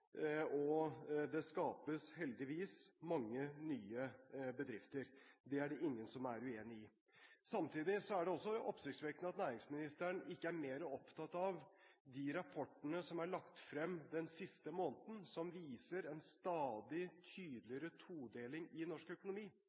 og det skapes heldigvis mange nye bedrifter. Det er det ingen som er uenig i. Samtidig er det også oppsiktsvekkende at næringsministeren ikke er mer opptatt av de rapportene som er lagt frem den siste måneden. De viser en stadig tydeligere todeling i norsk økonomi.